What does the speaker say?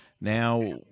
Now